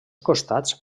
costats